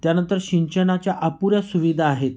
त्यानंतर सिंचनाच्या अपुऱ्या सुविधा आहेत